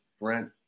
Brent